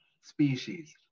species